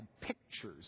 pictures